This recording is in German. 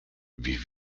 wie